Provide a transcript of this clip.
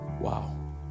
Wow